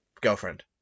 Girlfriend